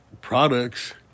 products